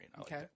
okay